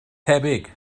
tebyg